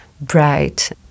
bright